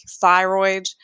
thyroid